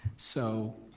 so